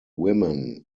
women